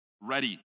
ready